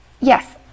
Yes